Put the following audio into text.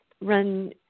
run